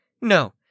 No